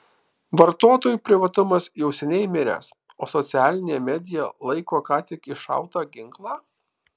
vartotojų privatumas jau seniai miręs o socialinė media laiko ką tik iššautą ginklą